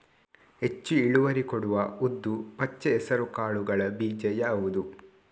ಹೆಚ್ಚು ಇಳುವರಿ ಕೊಡುವ ಉದ್ದು, ಪಚ್ಚೆ ಹೆಸರು ಕಾಳುಗಳ ಬೀಜ ಯಾವುದು?